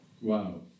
Wow